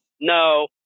no